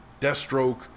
Deathstroke